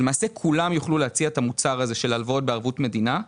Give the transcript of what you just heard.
להציע את המוצר הזה של הלוואות בערבות מדינה.